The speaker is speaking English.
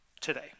today